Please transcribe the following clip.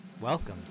Welcome